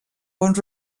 bons